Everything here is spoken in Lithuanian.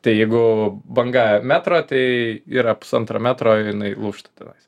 tai jeigu banga metro tai yra pusantro metro jinai lūžta tenais